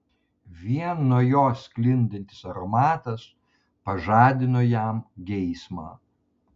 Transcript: vien nuo jos sklindantis aromatas pažadino jam geismą